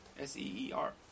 S-E-E-R